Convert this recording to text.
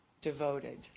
devoted